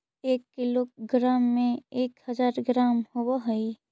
एक किलोग्राम में एक हज़ार ग्राम होव हई